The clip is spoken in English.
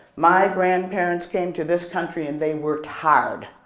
my grandparents came to this country and they worked hard.